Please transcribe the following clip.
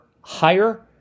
higher